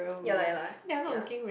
ya lah ya lah ya